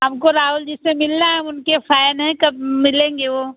हमको राहुल जी से मिलना है हम उनके फ़ैन हैं कब मिलेंगे वो